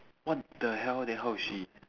what the hell then how is she